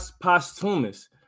Posthumous